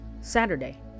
Saturday